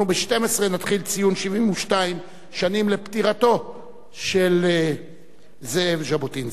אנחנו ב-12:00 נתחיל ציון 72 שנים לפטירתו של זאב ז'בוטינסקי.